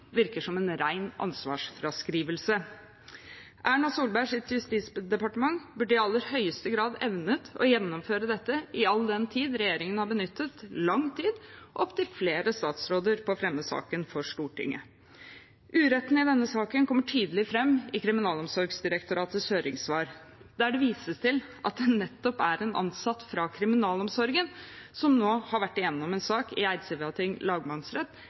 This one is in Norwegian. virker som en ren ansvarsfraskrivelse. Erna Solbergs justisdepartement burde i aller høyeste grad evnet å gjennomføre dette, all den tid regjeringen har benyttet lang tid og opptil flere statsråder på å fremme saken for Stortinget. Uretten i denne saken kommer tydelig fram i Kriminalomsorgsdirektoratets høringssvar, der det vises til at det nettopp er en ansatt fra kriminalomsorgen som nå har vært igjennom en sak i Eidsivating lagmannsrett